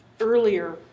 earlier